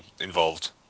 involved